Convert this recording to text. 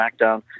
SmackDown